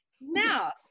now